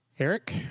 Eric